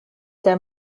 der